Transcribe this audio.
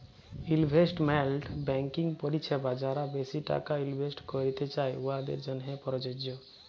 investment banking পরিছেবা যারা বেশি টাকা ইলভেস্ট ক্যইরতে চায়, উয়াদের জ্যনহে পরযজ্য